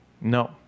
No